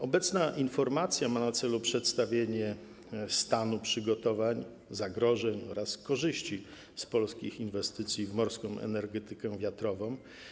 Obecna informacja ma na celu przedstawienie stanu przygotowań, zagrożeń oraz korzyści z polskich inwestycji w morską energetykę wiatrową.